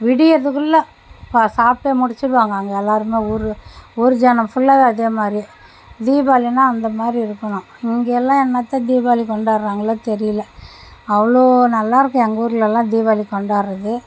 விடியரதுக்குள்ள அப்போ சாப்பிட்டே முடுச்சுருவாங்க அங்கே எல்லோருமே ஊரில் ஊர் ஜனம் ஃபுல்லாவே அதேமாதிரி தீபாவளின்னா அந்த மாதிரி இருக்கணும் இங்கே எல்லாம் என்னாத்த தீபாவளி கொண்டாடுறாங்களோ தெரியல அவ்வளோ நல்லா இருக்கும் எங்கள் ஊர்லெல்லாம் தீபாவளி கொண்டாடுறது